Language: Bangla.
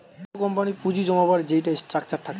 কুনো কোম্পানির পুঁজি জমাবার যেইটা স্ট্রাকচার থাকে